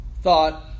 thought